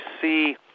see